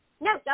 No